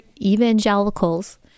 evangelicals